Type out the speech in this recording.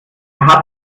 hat